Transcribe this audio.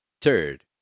Third